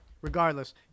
regardless